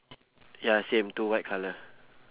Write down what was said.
ya same two white colour